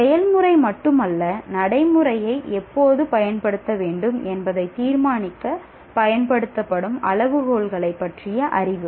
செயல்முறை மட்டுமல்ல நடைமுறையை எப்போது பயன்படுத்த வேண்டும் என்பதை தீர்மானிக்க பயன்படுத்தப்படும் அளவுகோல்களைப் பற்றிய அறிவு